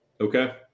Okay